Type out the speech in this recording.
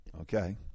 Okay